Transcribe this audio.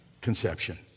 conception